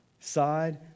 Side